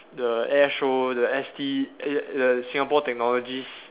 the air show the S_T err err Singapore technologies